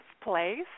place